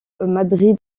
madrid